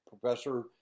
Professor